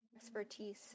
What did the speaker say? expertise